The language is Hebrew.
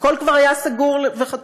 הכול כבר היה סגור וחתום,